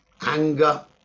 anger